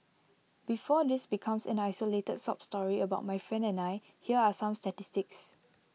before this becomes an isolated sob story about my friend and I here are some statistics